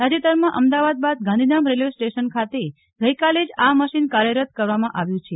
તાજેતરમાં અમદાવાદ બાદ Gandhidham railway station ખાતે ગઈકાલે જ આ મશીન કાર્યરત કરવામાં આવ્યું છે